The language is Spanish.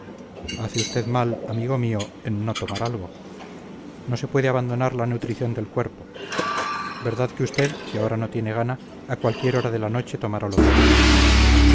veneranda hace usted mal amigo mío en no tomar algo no se puede abandonar la nutrición del cuerpo verdad que usted si ahora no tiene gana a cualquier hora de la noche tomará lo que guste